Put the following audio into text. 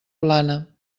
blana